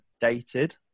dated